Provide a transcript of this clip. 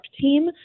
team